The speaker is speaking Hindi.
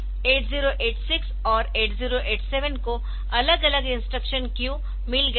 8086 और 8087 को अलग अलग इंस्ट्रक्शन क्यू मिल गए है